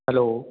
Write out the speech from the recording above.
hello